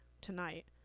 tonight